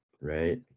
right